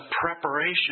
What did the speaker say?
preparation